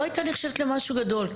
או למשהו גדול.